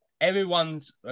everyone's